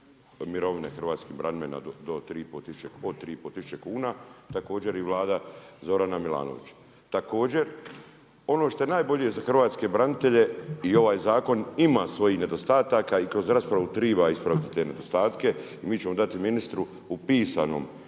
mirovine hrvatskim braniteljima od 3500 kuna, također i Vlada Zorana Milanovića. Također, ono što je najbolje za hrvatske branitelje i ovaj zakon ima svojih nedostataka i kroz raspravu treba ispraviti te nedostatke. Mi ćemo dati ministru u pisanom